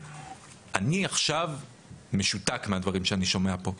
ואני עכשיו משותק מהדברים שאני שומע פה.